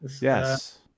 Yes